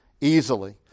easily